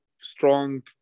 strong